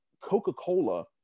Coca-Cola